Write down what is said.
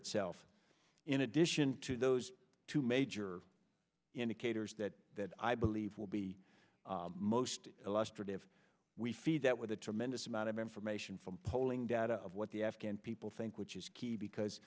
itself in addition to those two major indicators that that i believe will be most illustrative we feed that with a tremendous amount of information from polling data of what the afghan people think which is key because